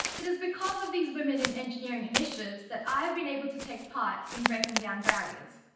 it is because of these women in engineering initiatives that i have been able to take part in breaking down barriers.